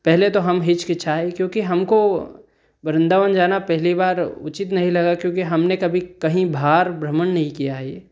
पहले तो हम हिचकिचाए क्योंकि हमको वृन्दावन जाना पहली बार उचित नहीं लगा क्योंकि हमने कभी कहीं बाहर भ्रमण नहीं किया है यह